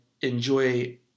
Enjoy